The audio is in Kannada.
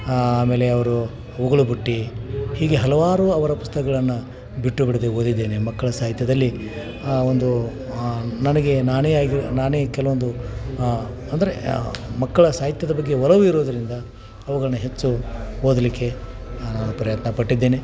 ಆಮೇಲೆ ಅವರು ಉಗುಳು ಬುಟ್ಟಿ ಹೀಗೆ ಹಲವಾರು ಅವರ ಪುಸ್ತಕಗಳನ್ನ ಬಿಟ್ಟೂ ಬಿಡದೆ ಓದಿದ್ದೇನೆ ಮಕ್ಕಳ ಸಾಹಿತ್ಯದಲ್ಲಿ ಆ ಒಂದು ನನಗೆ ನಾನೇ ಆಗಿ ನಾನೇ ಕೆಲವೊಂದು ಅಂದರೆ ಮಕ್ಕಳ ಸಾಹಿತ್ಯದ ಬಗ್ಗೆ ಒಲವು ಇರೋದರಿಂದ ಅವುಗಳನ್ನ ಹೆಚ್ಚು ಓದಲಿಕ್ಕೆ ನಾನು ಪ್ರಯತ್ನ ಪಟ್ಟಿದ್ದೇನೆ